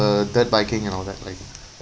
uh dirt biking and all that right